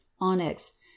onyx